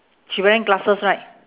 she wearing glasses right